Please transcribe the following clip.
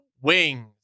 wings